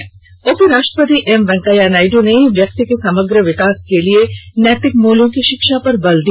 उपराश्ट्र पति उपराष्ट्रपति एम वेंकैया नायड ने व्यक्ति के समग्र विकास के लिए नैतिक मुल्यों की शिक्षा पर बल दिया